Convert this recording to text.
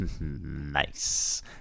Nice